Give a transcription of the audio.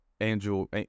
angel